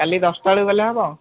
କାଲି ଦଶଟା ବେଳକୁ ଗଲେ ହେବ